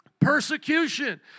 Persecution